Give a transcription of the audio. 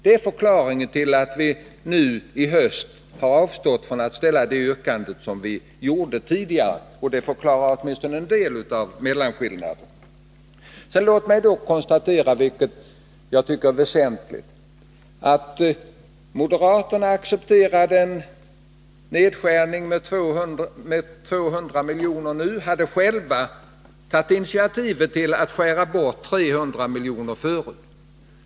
Det är förklaringen till att vi nu i höst har avstått från att ställa det yrkande som vi framfört tidigare. Och det förklarar åtminstone en del av mellanskillnaden. Låt mig sedan konstatera följande, vilket jag tycker är väsentligt: Moderaterna accepterar nu en nedskärning med 200 milj.kr. men hade själva tagit initiativet till att skära bort 300 milj.kr. förut.